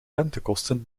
rentekosten